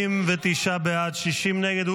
49 בעד, 60 נגד.